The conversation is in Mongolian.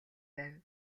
байв